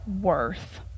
worth